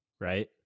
right